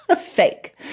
Fake